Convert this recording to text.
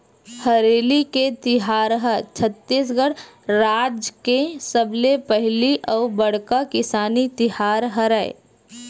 हरेली के तिहार ह छत्तीसगढ़ राज के सबले पहिली अउ बड़का किसानी तिहार हरय